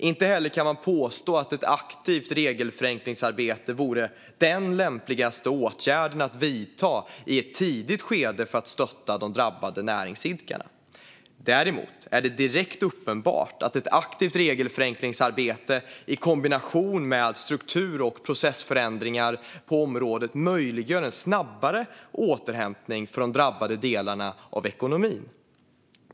Inte heller kan man påstå att ett aktivt regelförenklingsarbete vore den lämpligaste åtgärden att vidta i ett tidigt skede för att stötta de drabbade näringsidkarna. Däremot är det direkt uppenbart att ett aktivt regelförenklingsarbete i kombination med struktur och processförändringar på området möjliggör en snabbare återhämtning för de drabbade delarna av ekonomin.